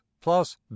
plus